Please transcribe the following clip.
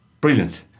brilliant